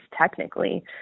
technically